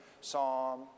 Psalm